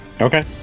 okay